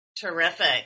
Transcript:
Terrific